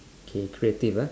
okay creative ah